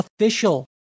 official